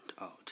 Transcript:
out